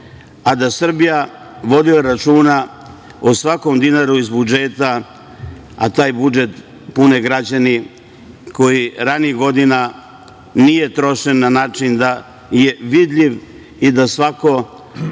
a da Srbija vodi računa o svakom dinaru iz budžeta, a taj budžet pune građani, koji ranijih godina nije trošen na način da je vidljiv i da svako